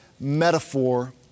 metaphor